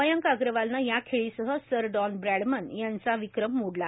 मयंक अग्रवालनं या खेळीसह सर डॉन ब्रॅडमन याचा विक्रम मोडला